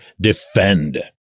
defend